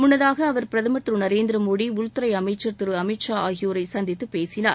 முன்னதாக அவா் பிரதமா் திரு நரேந்திர மோடி உள்துறை அமைச்சா் திரு அமித்ஷா ஆகியோரை சந்தித்து பேசினார்